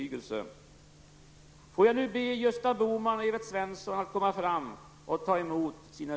Men få känner till hans insatser som folkbildare i sitt hemlän.